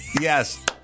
Yes